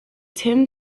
tim